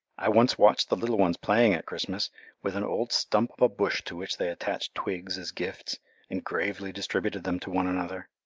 i once watched the little ones playing at christmas with an old stump of a bush to which they attached twigs as gifts and gravely distributed them to one another.